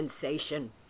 sensation